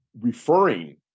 referring